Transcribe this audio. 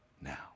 now